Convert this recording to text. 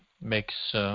makes